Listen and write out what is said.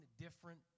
different